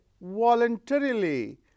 voluntarily